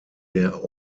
der